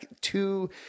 two